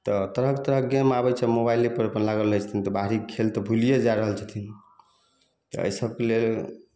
तऽ तरह तरहके गेम आबै छनि मोबाइले पर अपन लागल रहै छथिन तऽ बाहरी खेल तऽ भूलिए जा रहल छथिन तऽ एहि सबके लेल